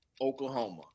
Oklahoma